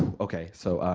okay, so, ah.